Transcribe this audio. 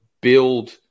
build